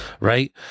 right